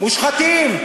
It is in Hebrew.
מושחתים.